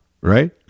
right